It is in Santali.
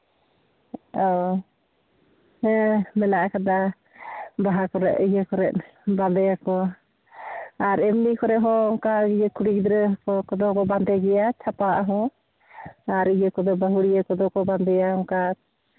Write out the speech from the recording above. ᱚ ᱦᱮᱸ ᱢᱮᱱᱟᱜ ᱠᱟᱫᱟ ᱡᱟᱦᱟᱸ ᱠᱚᱨᱮᱫ ᱤᱭᱟᱹ ᱠᱚᱨᱮᱫ ᱵᱟᱸᱫᱮᱭᱟᱠᱚ ᱟᱨ ᱮᱢᱱᱤ ᱠᱚᱨᱮ ᱦᱚᱸ ᱚᱱᱠᱟ ᱤᱭᱟᱹ ᱠᱩᱲᱤ ᱜᱤᱫᱽᱨᱟᱹ ᱠᱚᱫᱚ ᱠᱚ ᱵᱟᱸᱫᱮ ᱜᱮᱭᱟ ᱪᱷᱟᱯᱟ ᱟᱜ ᱦᱚᱸ ᱟᱨ ᱤᱭᱟᱹ ᱠᱚᱫᱚ ᱵᱟᱝ ᱟᱨ ᱵᱟᱹᱦᱩᱲᱤᱭᱟᱹ ᱠᱚᱫᱚ ᱠᱚ ᱵᱟᱸᱫᱮᱭᱟ ᱚᱱᱠᱟ